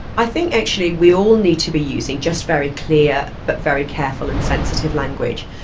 i think actually we all need to be using just very clear but very careful and sensitive language,